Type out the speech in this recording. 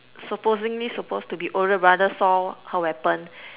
supposingly supposed to be older brother saw her weapon